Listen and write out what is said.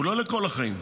הוא לא לכל החיים.